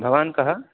भवान् कः